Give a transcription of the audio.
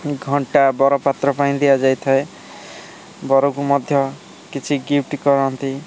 ଘଣ୍ଟା ବରପାତ୍ର ପାଇଁ ଦିଆଯାଇ ଥାଏ ବରକୁ ମଧ୍ୟ କିଛି ଗିଫ୍ଟ କରନ୍ତି